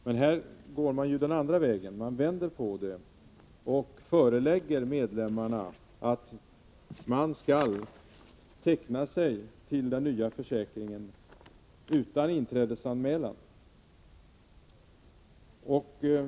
Men här går man ju den andra vägen — man vänder på det och förelägger medlemmarna detta, att de skall teckna sig till den nya försäkringen, utan inträdesanmälan.